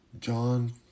John